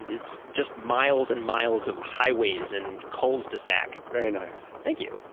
and it's just miles and miles of highways and culs-de-sac very nice thank you!